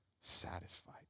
satisfied